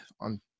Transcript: on